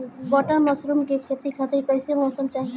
Button mushroom के खेती खातिर कईसे मौसम चाहिला?